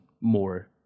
more